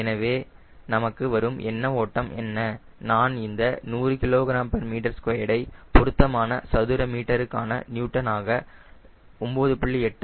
எனவே நமக்கு வரும் என்ன ஓட்டம் என்ன நான் இந்த 100 kgm2 ஐ பொருத்தமான சதுர மீட்டருக்கான நியூட்டன் ஆக 9